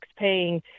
taxpaying